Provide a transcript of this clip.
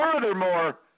furthermore